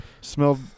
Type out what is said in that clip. smelled